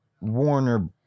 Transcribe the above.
Warner